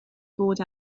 fod